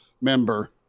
member